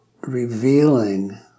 revealing